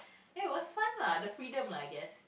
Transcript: hey was fun lah the freedom lah I guess